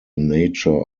nature